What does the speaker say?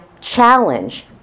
challenge